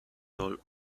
soll